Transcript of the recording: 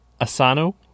Asano